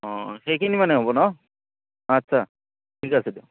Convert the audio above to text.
অঁ সেইখিনি মানে হ'ব ন' আচ্ছা ঠিক আছে দিয়ক